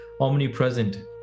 omnipresent